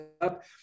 up